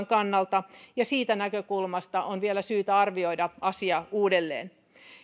kannalta ja siitä näkökulmasta on vielä syytä arvioida asia uudelleen